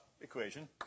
equation